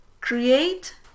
create